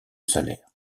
salaire